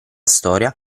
storia